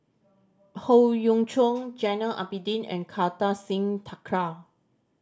Howe Yoon Chong Abidin and Kartar Singh Thakral